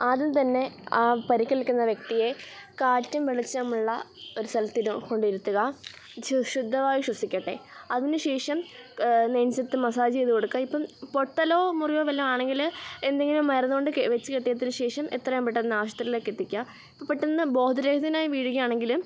ആദ്യം തന്നെ ആ പരിക്കേൽക്കുന്ന വ്യക്തിയെ കാറ്റും വെളിച്ചമുള്ള ഒരു സ്ഥലത്തിരു കൊണ്ടിരുത്തുക ഇച്ചി ശുദ്ധവായു ശ്വസിക്കട്ടെ അതിന് ശേഷം നെഞ്ചത്ത് മസ്സാജ് ചെയ്ത് കൊടുക്ക ഇപ്പോള് പൊട്ടലോ മുറിവോ വല്ലതുമാണെങ്കില് എന്തെങ്കിലും മരുന്ന് കൊണ്ട് വച്ചുകെട്ടിയതിന് ശേഷം എത്രയും പെട്ടെന്ന് ആശുപത്രിയിലേക്കെത്തിക്കുക ഇപ്പോള് പെട്ടെന്ന് ബോധരഹിതനായി വീഴുകയാണെങ്കിലും